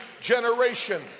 generation